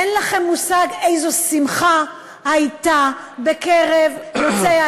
אין לכם מושג איזו שמחה הייתה בקרב יוצאי